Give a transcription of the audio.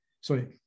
sorry